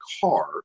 car